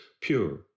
pure